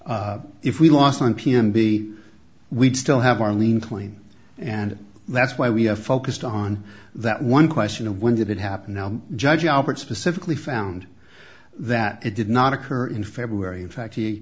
d if we lost one pm be we'd still have our lien clean and that's why we have focused on that one question of when did it happen judge albert specifically found that it did not occur in february in fact he